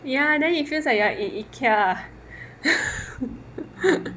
ya then it feels like you are in IKEA